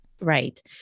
Right